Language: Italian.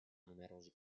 numerosi